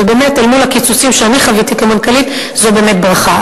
ובאמת אל מול הקיצוצים שאני חוויתי כמנכ"לית זו באמת ברכה.